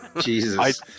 Jesus